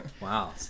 Wow